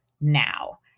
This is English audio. now